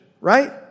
right